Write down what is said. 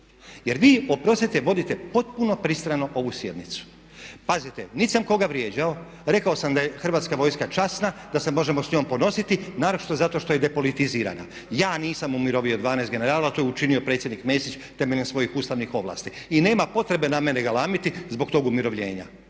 Jer vi, oprostite vodite potpuno pristrano ovu sjednicu. Pazite, niti sam koga vrijeđao, rekao sam da je Hrvatska vojska časna, da se možemo s njom ponositi naročito zato što je depolitizirana. Ja nisam umirovio 12 generala, to je učinio predsjednik Mesić temeljem svojih ustavnih ovlasti i nema potrebe na mene galamiti zbog tog umirovljenja.